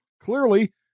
clearly